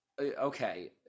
Okay